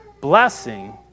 blessing